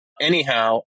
Anyhow